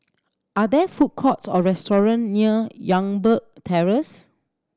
are there food courts or restaurant near Youngberg Terrace